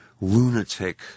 lunatic